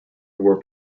were